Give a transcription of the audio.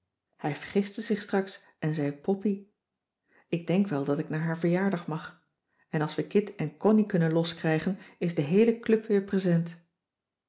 hij vergiste zich straks en zei poppie ik denk wel dat ik naar haar verjaardag mag en als we kit en connie kunnen loskrijgen is de heele club weer present